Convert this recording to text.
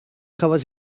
cafodd